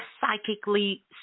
psychically